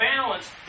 balance